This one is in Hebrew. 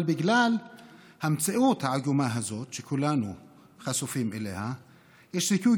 אבל בגלל המציאות העגומה הזאת שכולנו חשופים אליה יש סיכוי